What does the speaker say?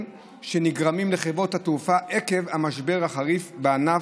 שנגרמים לחברות התעופה עקב המשבר החריף בענף,